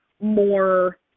more